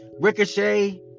Ricochet